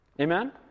Amen